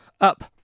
Up